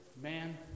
man